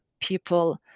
people